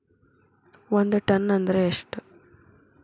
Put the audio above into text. ಒಂದ್ ಟನ್ ಅಂದ್ರ ಎಷ್ಟ?